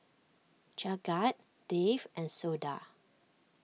Jagat Dev and Suda